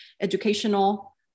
educational